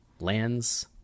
lands